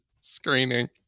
Screening